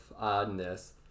oddness